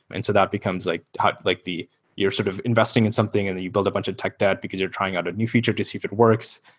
and so that becomes like like the your sort of investing in something and then you build a bunch of tech debt, because you're trying out a new feature to see if it works.